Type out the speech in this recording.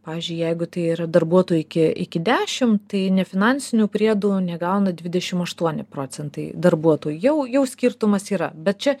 pavyzdžiui jeigu tai yra darbuotojų iki iki dešimt tai nefinansinių priedų negauna dvidešimt aštuoni procentai darbuotojų jau jau skirtumas yra bet čia